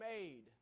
made